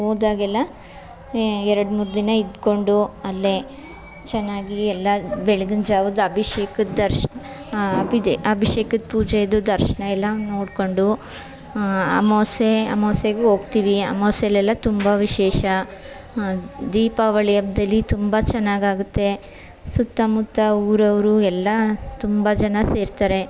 ಹೋದಾಗೆಲ್ಲಾ ಎರಡು ಮೂರು ದಿನ ಇದ್ದುಕೊಂಡು ಅಲ್ಲೇ ಚೆನ್ನಾಗಿ ಎಲ್ಲ ಬೆಳಗಿನ ಜಾವದ ಅಭಿಷೇಕದ ದರ್ಶ್ನ ಅಭಿಷೇಕದ ಪೂಜೆಯದು ದರ್ಶನ ಎಲ್ಲ ನೋಡಿಕೊಂಡು ಅಮಾವಾಸ್ಯೆ ಅಮಾವಾಸ್ಯೆಗು ಹೋಗ್ತಿವಿ ಅಮಾವಾಸ್ಯೆಲೆಲ್ಲಾ ತುಂಬ ವಿಶೇಷ ದೀಪಾವಳಿ ಹಬ್ದಲ್ಲಿ ತುಂಬ ಚೆನ್ನಾಗಾಗುತ್ತೆ ಸುತ್ತಮುತ್ತ ಊರವರು ಎಲ್ಲ ತುಂಬ ಜನ ಸೇರ್ತಾರೆ